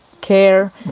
care